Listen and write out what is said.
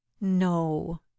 No